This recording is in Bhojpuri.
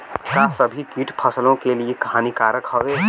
का सभी कीट फसलों के लिए हानिकारक हवें?